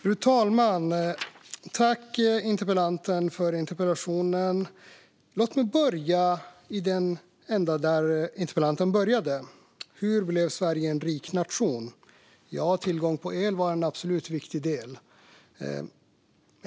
Fru talman! Jag tackar interpellanten för interpellationen. Låt mig börja i den ända där interpellanten började. Hur blev Sverige en rik nation? Ja, tillgång på el var absolut en viktig del.